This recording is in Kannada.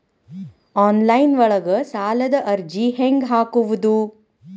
ಆನ್ಲೈನ್ ಒಳಗ ಸಾಲದ ಅರ್ಜಿ ಹೆಂಗ್ ಹಾಕುವುದು?